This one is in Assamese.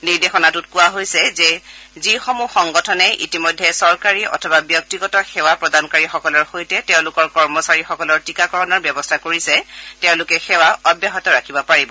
নিৰ্দেশনাত কোৱা হৈছে যে যিসমূহ সংগঠনে ইতিমধ্যে চৰকাৰী বা ব্যক্তিগত সেৱা প্ৰদানকাৰীসকলৰ সৈতে তেওঁলোকৰ কৰ্মচাৰীসকলৰ টীকাকৰণৰ ব্যৱস্থা কৰিছে তেওঁলোকে সেৱা অব্যাহত ৰাখিব পাৰিব